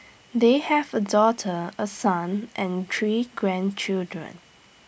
they have A daughter A son and three grandchildren